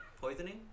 poisoning